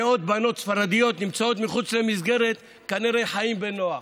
עם כך שמאות בנות ספרדיות נמצאות מחוץ למסגרת כנראה חיים בנוח.